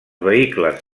vehicles